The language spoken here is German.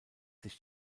sich